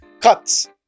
Cuts